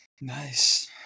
Nice